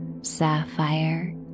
sapphire